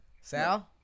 Sal